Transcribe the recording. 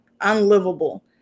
unlivable